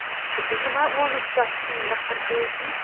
اَچھا اَچھا یہِ ما ووٚنُکھ تۄہہِ تھِی نفر کۭتۍ یِن